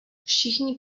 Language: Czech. všichni